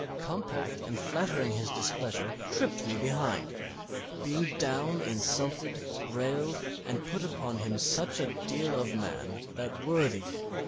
compact, and flattering his displeasure, tripp'd me behind being down, insulted, rail'd and put upon him such a deal of man, that worthied him,